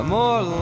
more